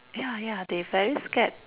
ya ya they very scared